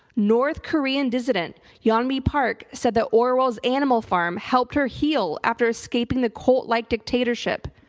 north korean dissident yeon mi park said the orwell's animal farm helped her heal after escaping the cult like dictatorship.